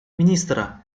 министра